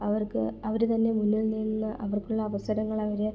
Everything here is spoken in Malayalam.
അവർക്ക് അവർ തന്നെ മുന്നിൽ നിന്ന് അവർക്കുള്ള അവസരങ്ങൾ അവർ